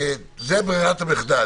זו ברירת המחדל.